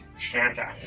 santa.